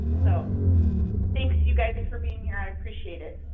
so thanks you guys for being here i appreciate it.